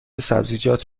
سبزیجات